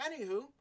anywho